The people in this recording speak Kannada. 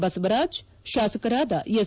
ಬಸವರಾಜ್ ಶಾಸಕರಾದ ಎಸ್